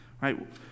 right